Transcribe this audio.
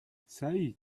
سعید